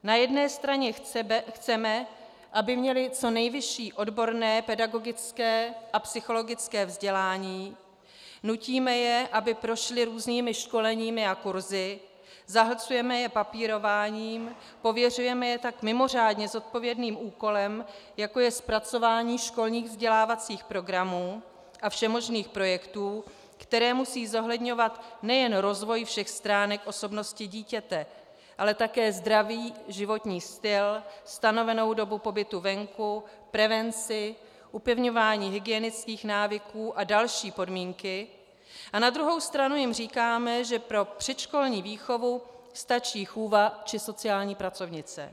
Na jedné straně chceme, aby měly co nejvyšší odborné pedagogické a psychologické vzdělání, nutíme je, aby prošly různými školeními a kurzy, zahlcujeme je papírováním, pověřujeme je tak mimořádně zodpovědným úkolem, jako je zpracování školních vzdělávacích programů a všemožných projektů, které musí zohledňovat nejen rozvoj všech stránek osobnosti dítěte, ale také zdraví, životní styl, stanovenou dobu pobytu venku, prevenci, upevňování hygienických návyků a další podmínky, a na druhou stranu jim říkáme, že pro předškolní výchovu stačí chůva či sociální pracovnice.